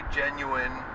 genuine